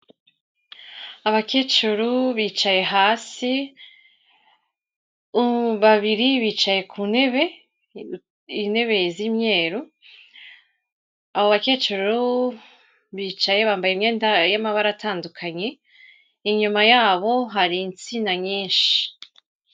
Abakecuru bicaye hasi, babiri bicaye ku ntebe, intebe z'imyeru, abo bakecuru bicaye bambaye imyenda y'amabara atandukanye, inyuma yabo hari insina nyinshi.